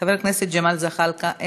חבר הכנסת ג'מאל זחאלקה,